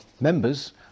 members